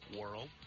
world